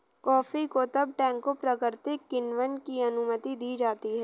coffee को तब टैंकों प्राकृतिक किण्वन की अनुमति दी जाती है